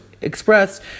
express